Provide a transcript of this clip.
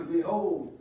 Behold